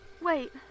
Wait